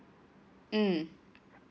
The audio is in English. mm